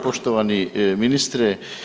Poštovani ministre.